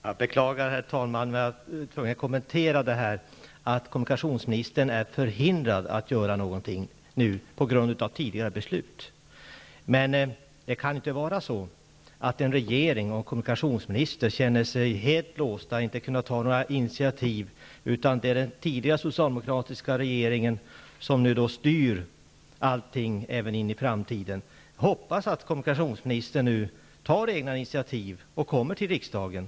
Herr talman! Jag beklagar att jag blir tvungen att kommentera att kommunikationsministern nu är förhindrad att göra någonting på grund av tidigare beslut. Det kan inte vara så att en regering och en kommunikationsminister känner sig helt låsta och inte kan ta några initiativ, så att den tidigare socialdemokratiska regeringen styr allt även in i framtiden. Jag hoppas att kommunikationsministern nu tar egna initiativ och kommer till riksdagen.